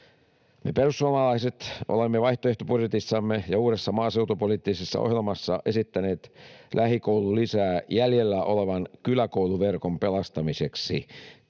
Me perussuomalaiset olemme vaihtoehtobudjetissamme ja uudessa maaseutupoliittisessa ohjelmassamme esittäneet lähikoululisää jäljellä olevan kyläkouluverkon pelastamiseksi.